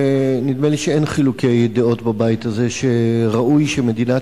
נדמה לי שאין חילוקי דעות בבית הזה שראוי שמדינת